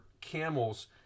camels